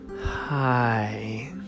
hi